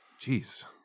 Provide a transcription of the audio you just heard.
Jeez